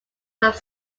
have